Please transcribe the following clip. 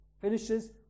finishes